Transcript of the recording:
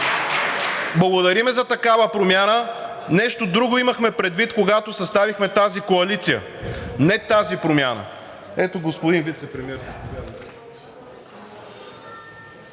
Благодарим за такава промяна. Нещо друго имахме предвид, когато съставихме тази коалиция, не тази промяна. Ето, господин Вицепремиер,